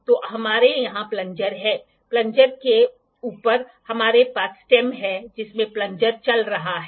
तो हमारे यहाँ प्लंजर है प्लंजर के ऊपर हमारे पास स्टेम है जिसमें प्लंजर चल रहा है